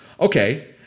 Okay